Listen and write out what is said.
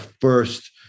first